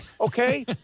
okay